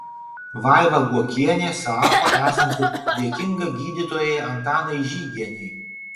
vaiva guokienė sako esanti dėkinga gydytojai antaninai žygienei